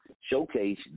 showcase